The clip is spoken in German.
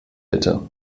bitte